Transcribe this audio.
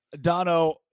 Dono